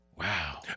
Wow